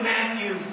Matthew